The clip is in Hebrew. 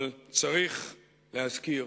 אבל צריך להזכיר